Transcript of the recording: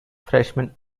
freshmen